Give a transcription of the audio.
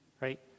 right